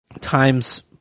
Times